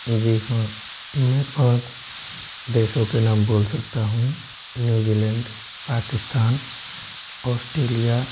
जी हाँ मैं पाँच देशों के नाम बोल सकता हूँ न्यू जीलैंड पाकिस्तान ऑस्ट्रेलिया